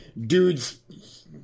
dudes